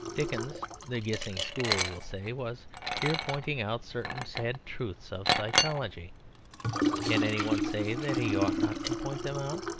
dickens, the gissing school will say, was here pointing out certain sad truths of psychology can any one say that he ought not to point them out?